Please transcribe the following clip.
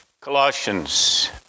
Colossians